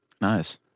Nice